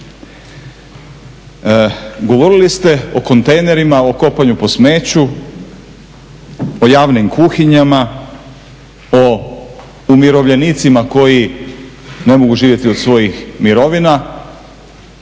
Govorili ste o kontejnerima, o kopanju po smeću, o javnim kuhinjama, o umirovljenicima koji ne mogu živjeti od svojih mirovina